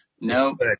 Nope